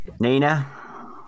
Nina